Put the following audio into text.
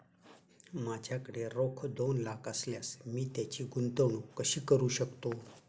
माझ्याकडे रोख दोन लाख असल्यास मी त्याची गुंतवणूक कशी करू शकतो?